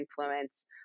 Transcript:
influence